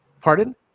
Pardon